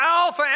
Alpha